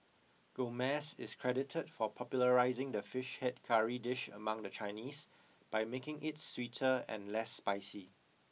Gomez is credited for popularising the Fish Head Curry dish among the Chinese by making it sweeter and less spicy